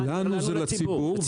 לנו זה לציבור.